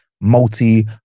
multi